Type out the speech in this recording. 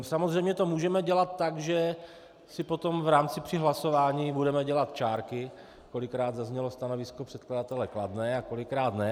Samozřejmě to můžeme dělat tak, že si potom v rámci při hlasování budeme dělat čárky, kolikrát zaznělo stanovisko předkladatele kladné a kolikrát ne.